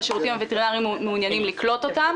והשירותים הווטרינריים מעוניינים לקלוט אותם.